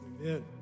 amen